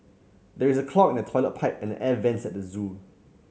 there is a clog in the toilet pipe and the air vents at the zoo